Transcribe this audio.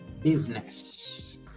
business